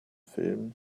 film